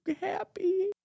happy